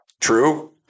true